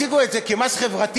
הציגו את זה כמס חברתי,